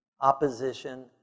opposition